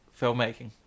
filmmaking